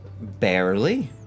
Barely